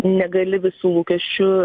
negali visų lūkesčių